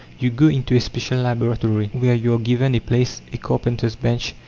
you go into a special laboratory, where you are given a place, a carpenter's bench,